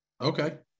okay